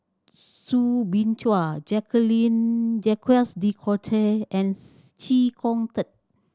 Soo Bin Chua Jacques De Coutre and Chee Kong Tet